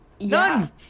None